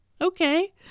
Okay